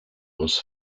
was